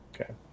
Okay